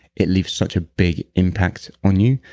it leaves such a big impact on you,